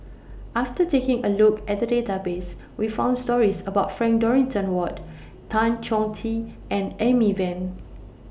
after taking A Look At The Database We found stories about Frank Dorrington Ward Tan Chong Tee and Amy Van